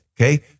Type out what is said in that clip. okay